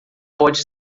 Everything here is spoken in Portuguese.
pode